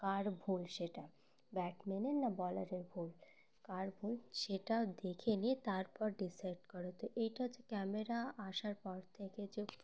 কার ভুল সেটা ব্যাটম্যানের না বলারের ভুল কার ভুল সেটাও দেখে নিয়ে তারপর ডিসাইড করে তো এইটা হচ্ছে ক্যামেরা আসার পর থেকে যে